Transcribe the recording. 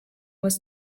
was